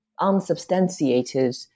unsubstantiated